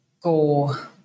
go